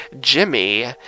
Jimmy